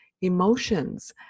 emotions